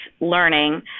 learning